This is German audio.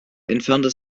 entfernte